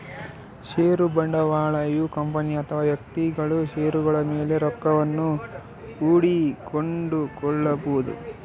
ಷೇರು ಬಂಡವಾಳಯು ಕಂಪನಿ ಅಥವಾ ವ್ಯಕ್ತಿಗಳು ಷೇರುಗಳ ಮೇಲೆ ರೊಕ್ಕವನ್ನು ಹೂಡಿ ಕೊಂಡುಕೊಳ್ಳಬೊದು